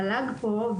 המל"ג פה,